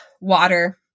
water